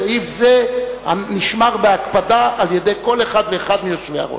סעיף זה נשמר בהקפדה על-ידי כל אחד ואחד מהיושבי-ראש.